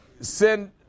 send